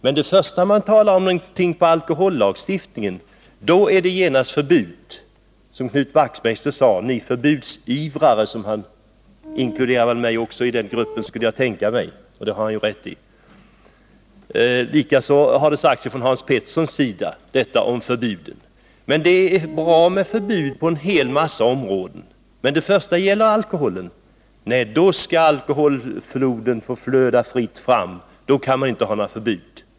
Men så fort man talar om alkohollagstiftningen, då är det genast förbud. Knut Wachtmeister sade: ni förbudsivrare — och då tänker jag att han också inkluderade mig. Det har han f.ö. rätt i. Likaså har Hans Pettersson i Helsingborg talat om förbud. Det är bra med förbud på en mängd områden, men när det gäller alkoholen skall alkoholfloden få flöda fritt inom vissa områden. Då kan man inte ha några förbud.